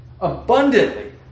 abundantly